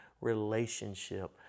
relationship